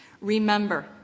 Remember